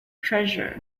treasure